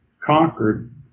conquered